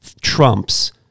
trumps